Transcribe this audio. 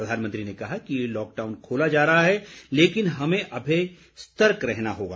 प्रधानमंत्री ने कहा कि लॉकडाउन खोला जा रहा है लेकिन हमें अभी सतर्क रहना होगा